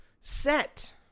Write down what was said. set